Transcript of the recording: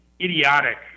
idiotic